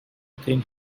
thing